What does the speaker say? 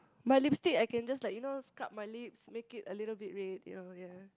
my lipstick I can just like you know scrub my lips make it a little bit red you know you know